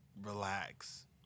relax